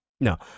No